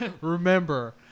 Remember